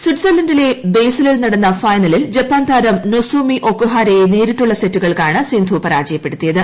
സ്വിറ്റ്സർലന്റിലെ ബേസലിൽ ന്നട്ന്ന ഫൈനലിൽ ജപ്പാൻതാരം നൊസോമി ഒക്കുഹാരൃഷ്ട് ്രന്റ്രിട്ടുള്ള സെറ്റുകൾക്കാണ് സിന്ധു പരാജയപ്പെടുത്തിയത്